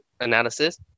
analysis